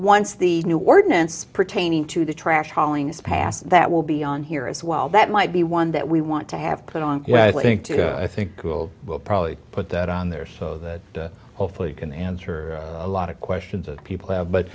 once the new ordinance pertaining to the trash hollings passed that will be on here as well that might be one that we want to have put on yeah i think i think cool will probably put that on there so that hopefully you can answer a lot of questions that people have but